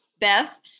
Beth